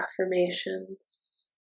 affirmations